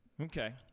Okay